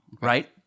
Right